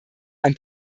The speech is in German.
ein